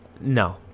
No